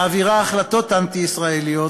מעבירה החלטות אנטי-ישראליות.